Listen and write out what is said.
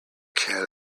can